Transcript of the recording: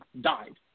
died